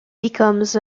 becomes